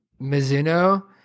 Mizuno